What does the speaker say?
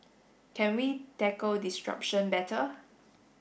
can we tackle disruption better